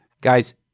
guys